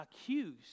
accused